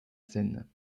scène